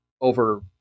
over